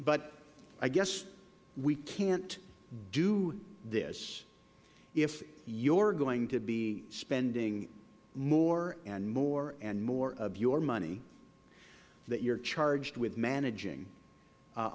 but i guess we can't do this if you are going to be spending more and more and more of your money that you are charged with managing